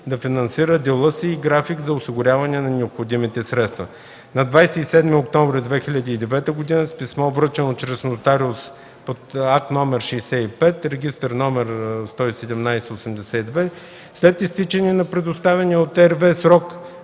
да финансира дела си и график за осигуряване на необходимите средства. На 27 октомври 2009 г. с писмо, връчено чрез нотариус, Акт № 65, том VIII, регистърен номер 11782, след изтичане на предоставения от РВЕ срок